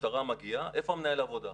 המשטרה מגיעה, איפה מנהל העבודה?